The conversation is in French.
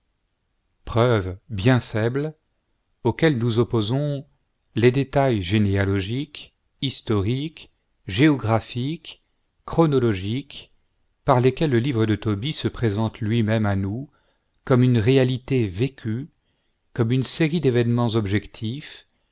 preuves bien faibles auxquelles nous opposons les détails généalogiques historiques géographiques chronologiques par lesquels le livre de tobie se présente lui-même à nous comme une réalité vécue comme une série d'événements objectifs